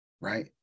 right